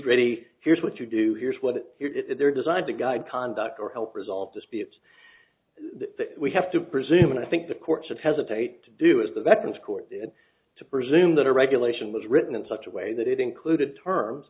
gritty here's what you do here's what they're designed to guide conduct or help resolve disputes that we have to presume and i think the courts of hesitate to do is the weapons court to presume that a regulation was written in such a way that it included terms